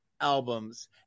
albums